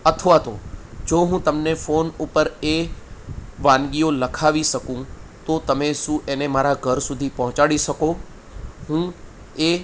અથવા તો જો હું તમને ફોન ઉપર એ વાનગીઓ લખાવી શકું તો તમે શું એને મારા ઘર સુધી પહોંચાડી શકો હું એ